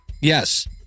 Yes